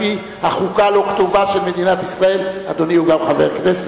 שעסוקים ולא צריך את קולותיהם כרגע.